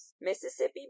mississippi